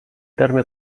terme